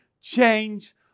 change